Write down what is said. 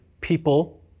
people